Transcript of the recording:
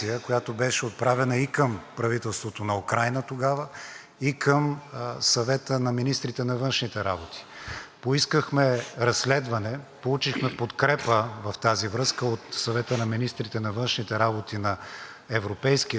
Поискахме разследване. Получихме подкрепа в тази връзка от Съвета на министрите на външните работи на Европейския съюз този случай да бъде разследван от специалния съвещателен панел, който